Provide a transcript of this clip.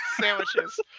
Sandwiches